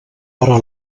però